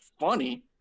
funny